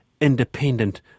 independent